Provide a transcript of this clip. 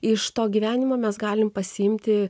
iš to gyvenimo mes galim pasiimti